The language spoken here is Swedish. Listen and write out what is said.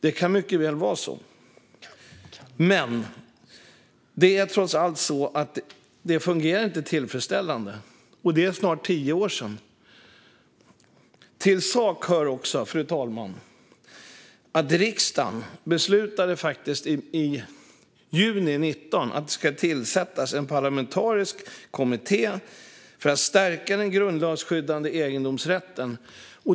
Det kan mycket väl vara så, men det fungerar trots allt inte tillfredsställande. Och det är snart tio år sedan detta gjordes. Till saken hör, fru talman, att riksdagen i juni 2019 beslutade att det skulle tillsättas en parlamentarisk kommitté för att stärka den grundlagsskyddade egendomsrätten.